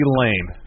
lame